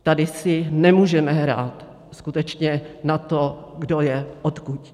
Tady si nemůžeme hrát skutečně na to, kdo je odkud.